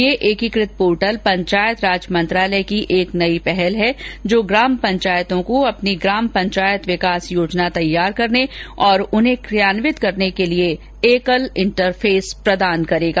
यह एकीकृत पोर्टल पंचायती राज मंत्रालय की एक नई पहल है जो ग्राम पंचायतों को अपनी ग्राम पंचायत विकास योजना तैयार करने और उन्हें कार्यान्वित करने के लिए एकल इंटरफेस प्रदान करेगा